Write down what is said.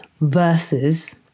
versus